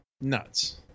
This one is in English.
nuts